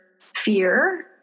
fear